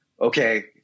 okay